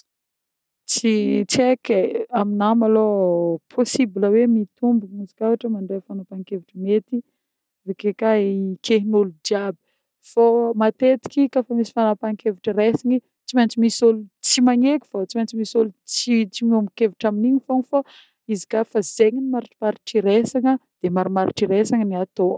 Tsy tsy eky e, aminah malôha possible hoe mitombogna izy koà ôhatra mandre fanapahan-kevitry mety avy ake koa hiken'ôlo jiaby fô matetiky koa fa misy fanapahan-kevitry resigny tsy maintsy misy ôlo tsy magneky fô, tsy maintsy misy ôlo tsy tsy miombon-kevitra amin'igny fô fa izy koà fa zegny ny marimaritra iresigna de marimaritra iresigna le atô.